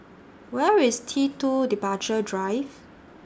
Where IS T two Departure Drive